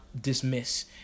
dismiss